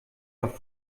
doch